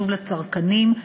חשוב לצרכנים,